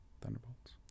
Thunderbolts